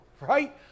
Right